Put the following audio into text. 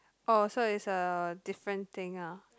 oh so it's a different thing ah